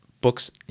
books